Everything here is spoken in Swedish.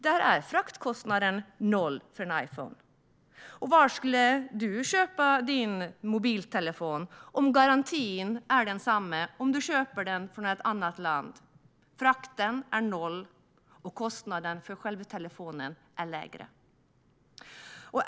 Där är fraktkostnaden noll för en Iphone. Var skulle du köpa din mobiltelefon om garantin är densamma om du köper den från ett annat land, om frakten är noll och om kostnaden för själva telefonen är lägre?